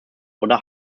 oder